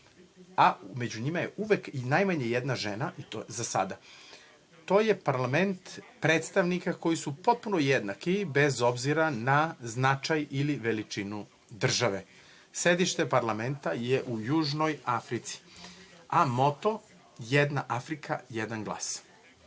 a među njima je uvek i najmanje jedna žena, i to za sada. To je parlament predstavnika koji su potpuno jednaki, bez obzira na značaj ili veličinu države. Sedište parlamenta je u Južnoj Africi, a moto – jedna Afrika, jedan glas.U